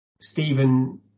Stephen